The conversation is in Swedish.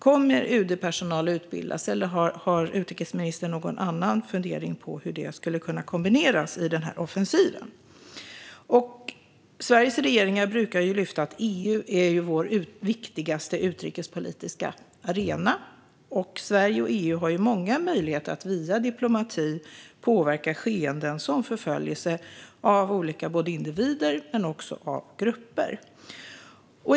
Kommer UD-personal att utbildas, eller har utrikesministern någon annan fundering på hur detta skulle kunna kombineras i denna offensiv? Sveriges regeringar brukar lyfta fram att EU är vår viktigaste utrikespolitiska arena, och Sverige och EU har många möjligheter att via diplomati påverka skeenden såsom förföljelse av såväl individer som grupper.